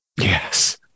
Yes